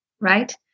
right